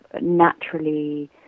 naturally